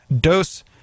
dose